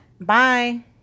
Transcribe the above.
Bye